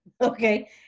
okay